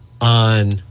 on